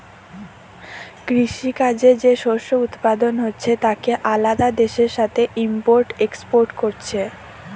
কৃষি কাজে যে শস্য উৎপাদন হচ্ছে তাকে আলাদা দেশের সাথে ইম্পোর্ট এক্সপোর্ট কোরছে